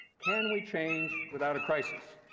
can we change without a crisis,